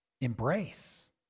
embrace